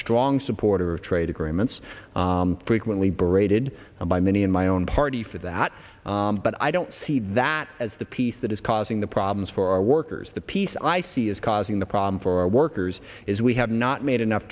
strong supporter of trade agreements frequently braided by many in my own party for that but i don't see that as the piece that is causing the problems for our workers the piece i see is causing the problem for our workers is we have not made enough